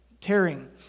tearing